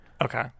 Okay